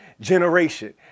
generation